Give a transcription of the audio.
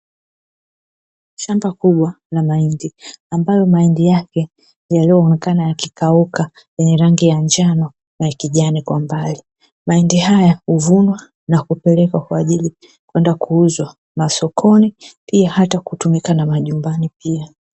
Shamba kubwa la mahindi ambalo mahindi yake yaliyoonekana yakikauka yenye rangi ya njano na ya kijani kwa mbali, mahindi haya huvunwa na kupelekwa kwa ajili ya kuuzwa masokoni pia hata kutumika na majumbani pia.